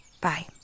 Bye